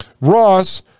Ross